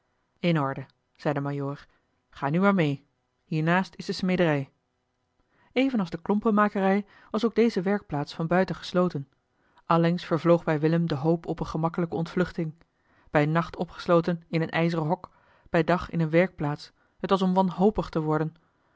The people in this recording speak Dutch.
in orde zei de majoor ga nu maar mee hiernaast is de smederij evenals de klompenmakerij was ook deze werkplaats van buiten gesloten allengs vervloog bij willem de hoop op eene gemakkelijke ontvluchting bij nacht opgesloten in een ijzeren hok bij dag in eene werkplaats het was om wanhopig te worden